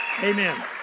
Amen